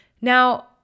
Now